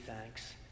thanks